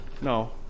no